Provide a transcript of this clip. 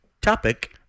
topic